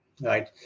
right